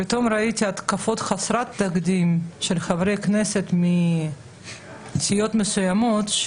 ראיתי פתאום התקפות חסרות תקדים מצד חברי כנסת מסיעות מסוימות.